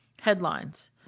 headlines